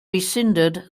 rescinded